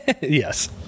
yes